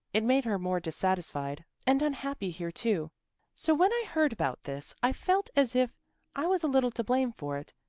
it made her more dissatisfied and unhappy here too so when i heard about this i felt as if i was a little to blame for it,